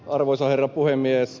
arvoisa herra puhemies